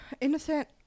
Innocent